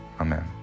Amen